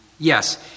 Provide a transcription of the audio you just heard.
Yes